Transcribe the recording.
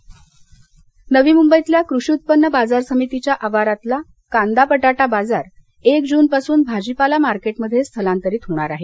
नवी मुंबई नवी मुंबईतल्या कृषी उत्पन्न बाजार समितीच्या आवारातला कांदा बटाटा बाजार एक जूनपासून भाजीपाला मार्केटमध्ये स्थलांतरित होणार आहे